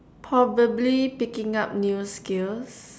probably picking up new skills